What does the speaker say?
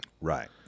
Right